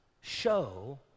Show